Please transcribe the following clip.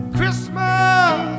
Christmas